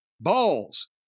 balls